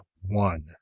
one